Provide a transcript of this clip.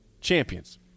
champions